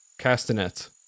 Castanets